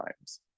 times